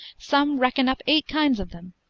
some reckon up eight kinds of them,